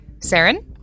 Saren